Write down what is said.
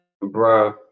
Bro